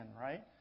right